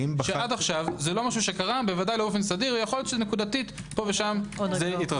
ועד עכשיו זה לא קרה ודאי לא באופן סדיר אולי פה ושם התרחש.